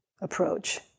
approach